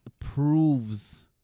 proves